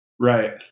right